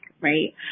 right